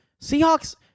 Seahawks